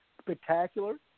spectacular